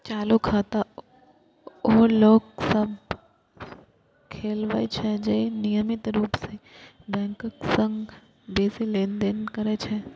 चालू खाता ओ लोक सभ खोलबै छै, जे नियमित रूप सं बैंकक संग बेसी लेनदेन करै छै